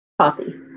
Coffee